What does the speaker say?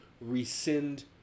rescind